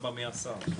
מי השר?